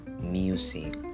music